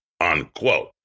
unquote